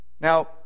Now